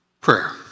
prayer